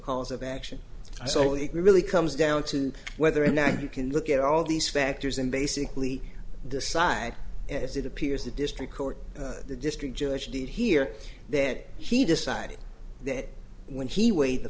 cause of action so it really comes down to whether or not you can look at all these factors and basically decide as it appears the district court the district judge did hear that he decided that when he weighed the